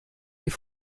die